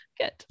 good